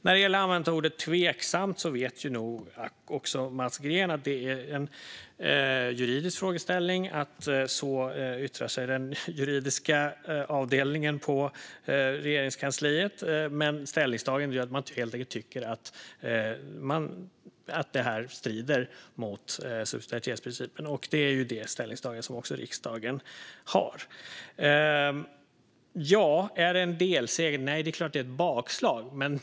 När det gäller användningen av ordet "tveksamt" vet nog även Mats Green att detta är en juridisk frågeställning - så yttrar sig den juridiska avdelningen på Regeringskansliet. Ställningstagandet är att man helt enkelt tycker att detta strider mot subsidiaritetsprincipen. Det är det ställningstagande som också riksdagen har gjort. Är det en delseger? Nej, det är klart att det är ett bakslag.